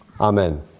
Amen